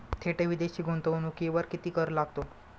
थेट विदेशी गुंतवणुकीवर किती कर लागतो?